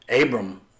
Abram